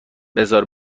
بزار